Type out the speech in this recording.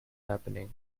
happening